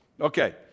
Okay